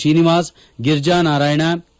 Srinivas Girija Narayana K